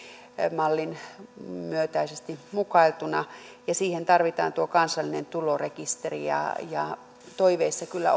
mallin myötäisesti mukailtuna ja siihen tarvitaan tuo kansallinen tulorekisteri ja ja toiveissa kyllä